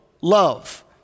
love